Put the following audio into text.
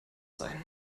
sein